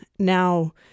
Now